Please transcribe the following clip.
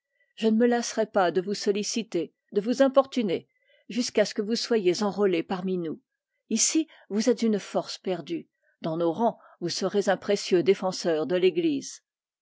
je ne me lasserai pas de vous importuner jusqu'à ce que vous soyez enrôlé parmi nous ici vous êtes une force perdue dans nos rangs vous serez un précieux défenseur de l'église